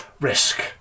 Risk